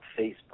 Facebook